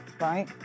right